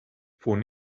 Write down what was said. von